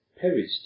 perished